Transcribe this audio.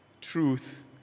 truth